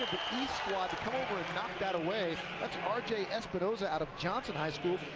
east squad to come over and knock that away, that's r j. espinoza out of johnson high school.